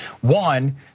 One